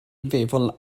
feddwl